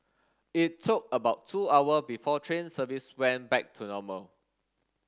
it took about two hour before train service went back to normal